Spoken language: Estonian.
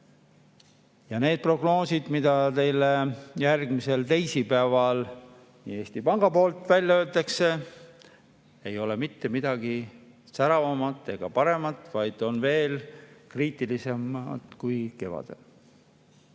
Ja need prognoosid, mis järgmisel teisipäeval Eesti Panga poolt välja öeldakse, ei ole mitte midagi säravamat ega paremat, vaid on veel kriitilisemad kui kevadel.